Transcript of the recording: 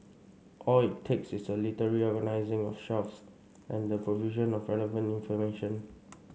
all it takes is a little reorganising of shelves and the provision of relevant information